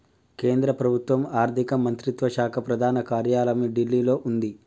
కేంద్ర ప్రభుత్వం ఆర్ధిక మంత్రిత్వ శాఖ ప్రధాన కార్యాలయం ఢిల్లీలో వుంది